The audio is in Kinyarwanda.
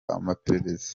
amaperereza